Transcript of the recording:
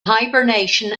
hibernation